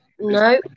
No